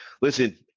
Listen